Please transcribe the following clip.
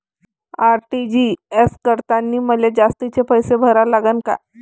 RTGS करतांनी मले जास्तीचे पैसे भरा लागन का?